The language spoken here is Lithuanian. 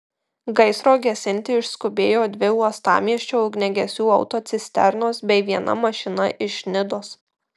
gaisro gesinti išskubėjo dvi uostamiesčio ugniagesių autocisternos bei viena mašina iš nidos